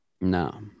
no